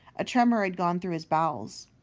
a tremor had gone through his bowels.